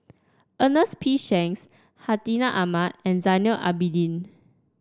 Ernest P Shanks Hartinah Ahmad and Zainal Abidin